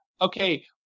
okay